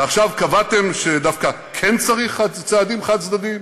ועכשיו קבעתם שדווקא כן צריך צעדים חד-צדדיים?